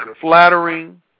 flattering